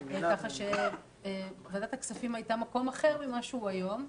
ככה שוועדת הכספים הייתה מקום אחר ממה שהוא היום,